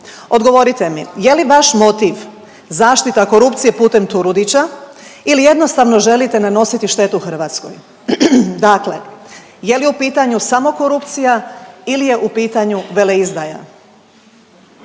Odgovorite mi, je li vaš motiv zaštita korupcije putem Turudića ili jednostavno želite nanositi štetu Hrvatskoj? Dakle, je li u pitanju samo korupcija ili je u pitanju veleizdaja?